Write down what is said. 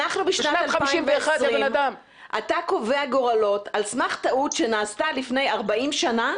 אנחנו בשנת 2020. אתה קובע גורלות על סמך טעות שנעשתה לפני 40 שנה?